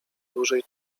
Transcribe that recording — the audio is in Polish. dłużej